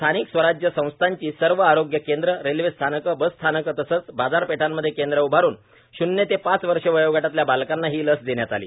स्थानिक स्वराज्य संस्थांची सर्व आरोग्य केंद्रं रेल्वेस्थानक बसस्थानक तसंच बाजारपेठांमध्ये केंद्र उआरून शून्य ते पाच वर्ष वयोगटातल्या बालकांना ही लस देण्यात आली